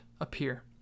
appear